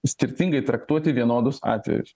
skirtingai traktuoti vienodus atvejus